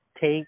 take